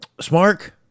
Smart